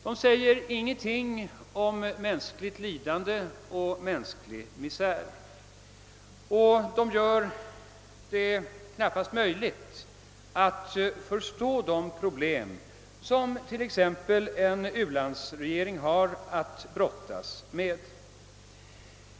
De säger ingenting om mänskligt lidande och mänsklig misär och de gör det knappast möjligt att förstå de problem som t.ex. en u-landsregering har att brottas med.